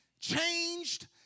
changed